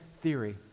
theory